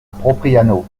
propriano